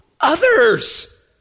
others